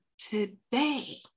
today